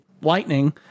lightning